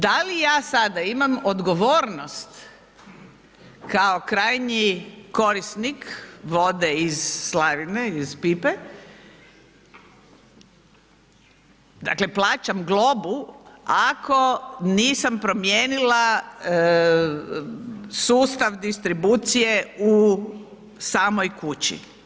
Da li ja sada imam odgovornost kao krajnji korisnik vode iz slavine, iz pipe, dakle plaćam globu ako nisam promijenila sustav distribucije u samoj kući.